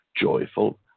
joyful